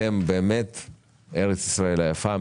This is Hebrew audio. אתם ארץ ישראל היפה,